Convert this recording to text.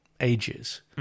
ages